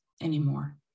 anymore